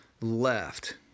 left